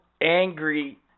angry